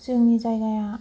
जोंनि जायगाया